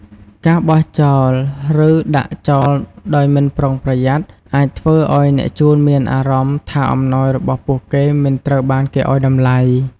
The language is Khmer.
ការបោះចោល ឬដាក់ចោលដោយមិនប្រុងប្រយ័ត្ន អាចធ្វើឲ្យអ្នកជូនមានអារម្មណ៍ថាអំណោយរបស់ពួកគេមិនត្រូវបានគេឱ្យតម្លៃ។